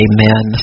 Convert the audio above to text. Amen